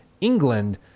England